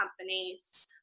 companies